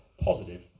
positive